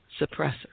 suppressor